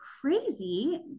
crazy